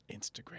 Instagram